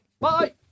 Bye